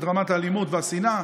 את רמת האלימות והשנאה.